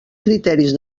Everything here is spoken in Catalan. criteris